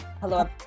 Hello